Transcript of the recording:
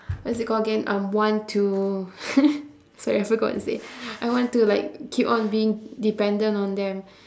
what's it called again um want to sorry I forgot what to say I want to like keep on being dependent on them